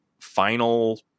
final